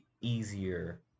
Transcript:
easier